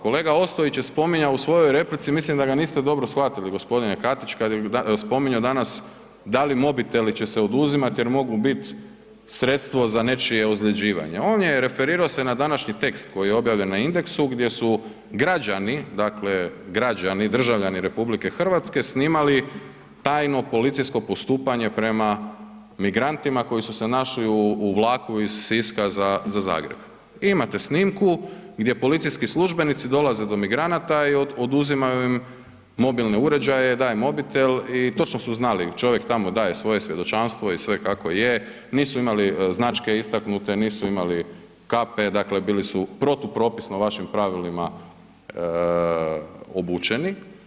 Kolega Ostojić je spominjao u svojoj replici, mislim da ga niste dobro shvatili g. Katić kad je spominjo danas da li mobiteli će se oduzimat jer mogu bit sredstvo za nečije ozljeđivanje, on je referiro se na današnji tekst koji je objavljen na Indexu gdje su građani, dakle građani, državljani RH snimali tajno policijsko postupanje prema migrantima koji su se našli u vlaku iz Siska za Zagreb, imate snimku gdje policijski službenici dolaze do migranata i oduzimaju im mobilne uređaje, daje mobitel i točno su znali, čovjek tam daje svoje svjedočanstvo i sve kako je, nisu imali značke istaknute, nisu imali kape, dakle bili su protupropisno vašim pravilima obučeni.